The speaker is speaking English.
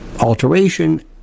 alteration